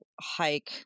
hike